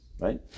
Right